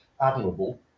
admirable